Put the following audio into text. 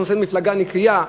אנחנו נעשה מפלגה נקייה,